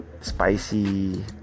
spicy